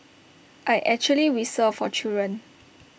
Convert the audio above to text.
I actually whistle for children